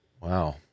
Wow